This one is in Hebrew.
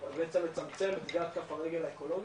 ובעצם לצמצם את חומרי הגלם במרחב האקולוגי,